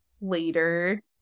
later